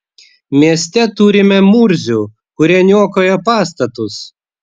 mieste turime murzių kurie niokoja pastatus